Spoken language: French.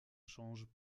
changent